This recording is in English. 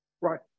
right